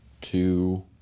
two